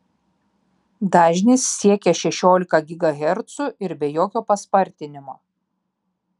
dažnis siekia šešiolika gigahercų ir be jokio paspartinimo